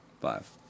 Five